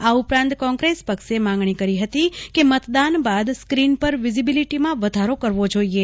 આ ઉપરાંત કોંગ્રેસ પક્ષએ માગણી કરી હતી કે મતદાન બાદ સ્ક્રીન પર વિઝિબલિટીમાં વધારો કરવો જોઈએ